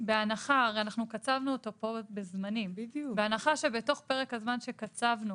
הרי קצבנו אותו פה בזמנים בהנחה שבתוך פרק הזמן שקצבנו